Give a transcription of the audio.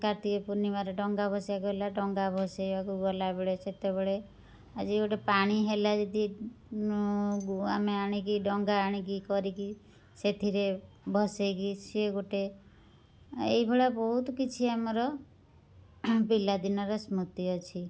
କାର୍ତ୍ତିକ ପୂର୍ଣ୍ଣିମାରେ ଡଙ୍ଗା ଭସେଇଆକୁ ହେଲା ଡଙ୍ଗା ଭସେଇବାକୁ ଗଲାବେଳେ ସେତେବେଳେ ଆଜି ଗୋଟେ ପାଣି ହେଲା ଯଦି ଆମେ ଆଣିକି ଡଙ୍ଗା ଆଣିକି କରିକି ସେଥିରେ ଭସେଇକି ସିଏ ଗୋଟେ ଏଇଭଳିଆ ବହୁତ କିଛି ଆମର ପିଲାଦିନର ସ୍ମୃତି ଅଛି